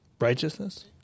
Righteousness